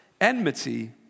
enmity